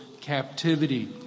captivity